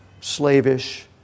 slavish